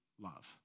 love